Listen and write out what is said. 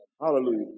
Hallelujah